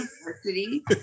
University